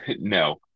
no